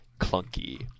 clunky